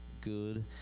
good